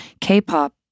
K-pop